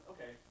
Okay